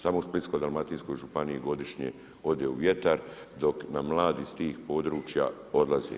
Samo u Splitsko-dalmatinskoj županiji godišnje ode u vjetar dok nam mladi s tih područja odlaze.